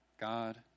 God